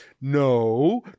No